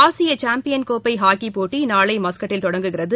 ஆசிய சாம்பியன் கோப்பை ஹாக்கிப் போட்டி நாளை மஸ்கட்டில் தொடங்குகிறது